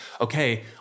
okay